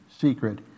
Secret